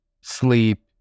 Sleep